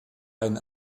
einen